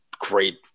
great